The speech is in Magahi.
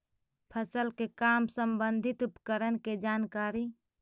फसल के काम संबंधित उपकरण के जानकारी?